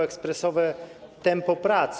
Ekspresowe tempo prac.